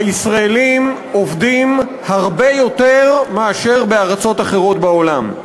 הישראלים עובדים הרבה יותר מאשר בארצות אחרות בעולם.